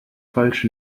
falsch